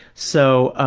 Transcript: so,